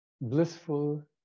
blissful